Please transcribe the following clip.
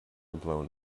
blown